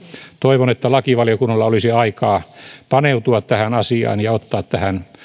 toivon että lakivaliokunnalla olisi aikaa paneutua tähän asiaan ja ottaa tähän